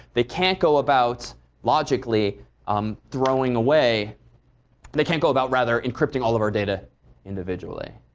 they can't go about logically um throwing away they can't go about, rather, encrypting all of our data individually.